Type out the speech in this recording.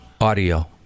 Audio